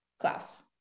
Klaus